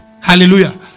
Hallelujah